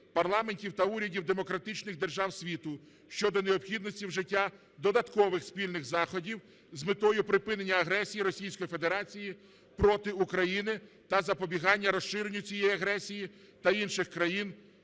парламентів та урядів демократичних держав світу щодо необхідності вжиття додаткових спільних заходів з метою припинення агресії російської федерації проти України та запобігання розширенню цієї агресії на інші країни